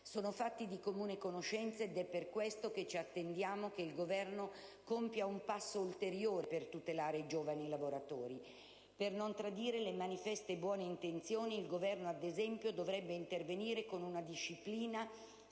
Sono fatti di comune conoscenza, ed è per questo che ci attendiamo che il Governo compia un passo ulteriore per tutelare i giovani lavoratori. Per non tradire le manifeste buone intenzioni, il Governo, ad esempio, dovrebbe intervenire con una disciplina